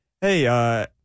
hey